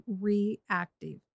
reactive